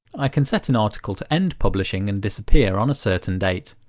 i can set an article to end publishing and disappear on a certain date.